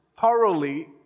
thoroughly